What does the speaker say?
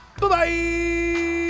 bye-bye